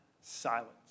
silence